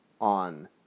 on